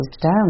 down